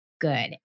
good